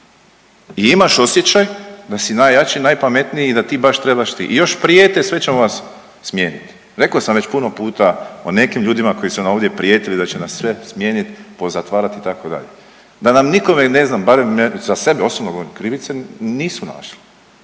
i imaš osjećaj da si najjači i najpametniji i da ti baš trebaš…/Govornik se ne razumije/…i još prijete sve ćemo vas smijeniti. Rekao sam već puno puta o nekim ljudima koji su nam ovdje prijetili da će nas sve smijenit, pozatvarat itd. da nam nikome ne znam barem za sebe osobno govorim, krivice nisu našli.